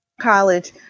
college